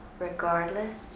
regardless